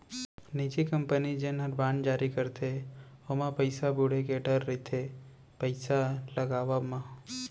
निजी कंपनी जेन हर बांड जारी करथे ओमा पइसा बुड़े के डर रइथे पइसा लगावब म